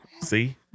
see